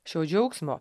šio džiaugsmo